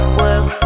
work